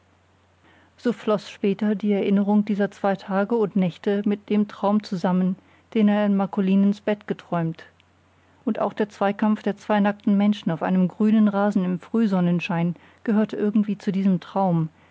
so floß später die erinnerung dieser zwei tage und nächte mit dem traum zusammen den er in marcolinens bett geträumt und auch der zweikampf der zwei nackten menschen auf einem grünen rasen im frühsonnenschein gehörte irgendwie zu diesem traum